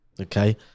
Okay